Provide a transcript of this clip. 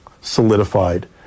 solidified